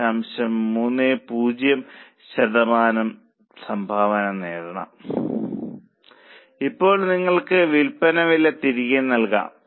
30 സംഭാവന നേടണം ഇപ്പോൾ നിങ്ങൾക്ക് വിൽപ്പന വില തിരികെ നൽകാം